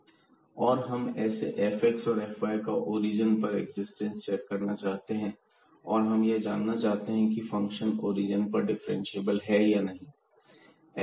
fxy0xy≠0 1xy0 और हम ऐसे fx और fy का ओरिजन पर एक्जिस्टेंस चेक करना चाहते हैं और हम यह जानना चाहते हैं की फंक्शन ओरिजन पर डिफ्रेंशिएबल है या नहीं